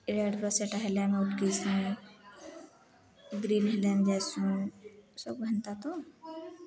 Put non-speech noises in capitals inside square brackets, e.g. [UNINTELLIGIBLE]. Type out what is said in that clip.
red [UNINTELLIGIBLE] ହେଲେନ ଅଟକିସୁଁ green ହେଲେଣି ଯାଇସୁଁ ସବୁ ହେନ୍ତା ତ